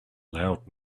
loud